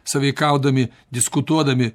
sąveikaudami diskutuodami